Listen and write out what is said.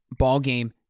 ballgame